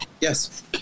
Yes